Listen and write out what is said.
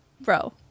Bro